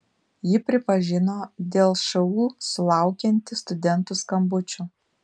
ji pripažino dėl šu sulaukianti studentų skambučių